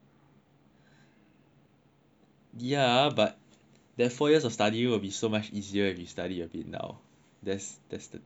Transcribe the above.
ya but the four years of study will be so much easier if we study a bit now that's that's that's the principle